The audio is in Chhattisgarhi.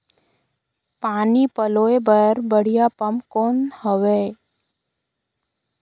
पानी पलोय बर बढ़िया पम्प कौन हवय?